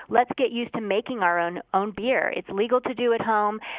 let's get used to making our own own beer. it's legal to do at home.